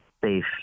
safe